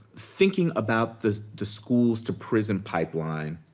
thinking about the the schools-to-prison pipeline,